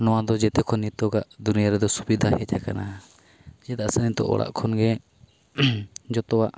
ᱱᱚᱣᱟ ᱫᱚ ᱡᱮᱛᱮᱠᱷᱚᱱ ᱱᱤᱛᱳᱜᱟᱜ ᱫᱩᱱᱤᱭᱟᱹ ᱨᱮᱫᱚ ᱥᱩᱵᱤᱫᱷᱟ ᱦᱮᱡ ᱟᱠᱟᱱᱟ ᱪᱮᱫᱟᱜ ᱥᱮ ᱱᱤᱛᱳᱜ ᱚᱲᱟᱜ ᱠᱷᱚᱱᱜᱮ ᱡᱚᱛᱚᱣᱟᱜ